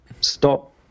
stop